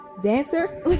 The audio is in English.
dancer